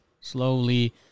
slowly